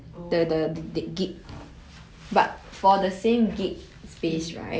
mm oh